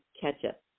ketchup